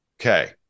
Okay